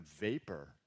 vapor